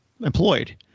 employed